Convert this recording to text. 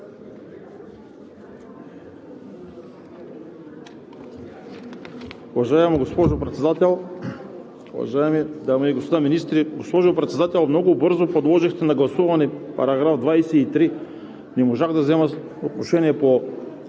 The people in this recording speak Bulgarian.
Уважаема госпожо Председател, уважаеми дами и господа министри! Госпожо Председател, много бързо подложихте на гласуване чл. 23. Не можах да взема отношение по